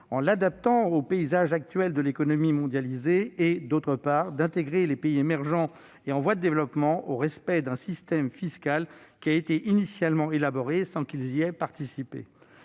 de l'adapter au paysage actuel de l'économie mondialisée, et, d'autre part, d'intégration des pays émergents et en voie de développement au sein d'un système fiscal initialement élaboré sans leur participation.